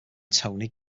tony